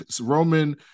Roman